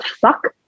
fuck